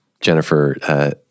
Jennifer